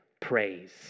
praise